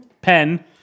Pen